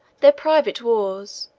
their private wars,